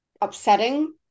upsetting